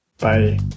Bye